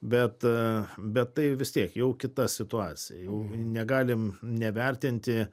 bet bet tai vis tiek jau kita situacija jau negalim nevertinti